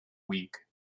week